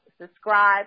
Subscribe